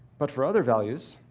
but for other values,